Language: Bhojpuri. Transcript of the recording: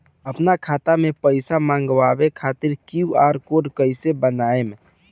आपन खाता मे पईसा मँगवावे खातिर क्यू.आर कोड कईसे बनाएम?